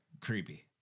creepy